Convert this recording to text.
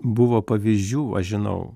buvo pavyzdžių aš žinau